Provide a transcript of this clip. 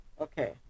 Okay